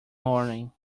morning